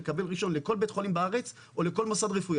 לקבל ראשון לכל בית חולים בארץ או לכל מוסד רפואי,